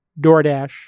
DoorDash